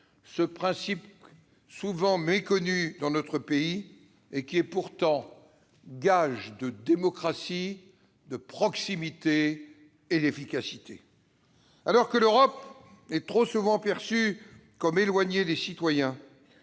ce principe souvent méconnu dans notre pays, qui est pourtant gage de démocratie, de proximité et d'efficacité. Alors que l'Europe est trop souvent perçue comme éloignée des citoyens,